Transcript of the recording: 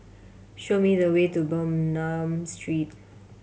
show me the way to Bernam Street